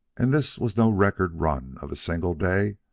and this was no record run of a single day,